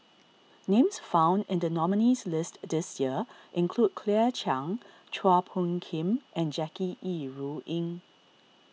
names found in the nominees' list this year include Claire Chiang Chua Phung Kim and Jackie Yi Ru Ying